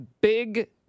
big